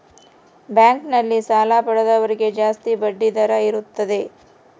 bank ನಲ್ಲಿ ಸಾಲ ಪಡೆದವರಿಗೆ ಜಾಸ್ತಿ ಬಡ್ಡಿ ದರ ಇರುತ್ತದೆ